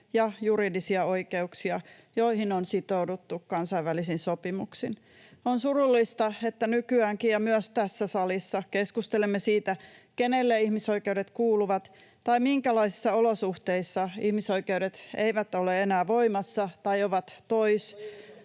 ja juridisia oikeuksia, joihin on sitouduttu kansainvälisin sopimuksin. [Mika Niikko: Totta!] On surullista, että nykyäänkin ja myös tässä salissa keskustelemme siitä, kenelle ihmisoikeudet kuuluvat tai minkälaisissa olosuhteissa ihmisoikeudet eivät ole enää voimassa tai ovat tois-